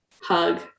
hug